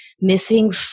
missing